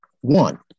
One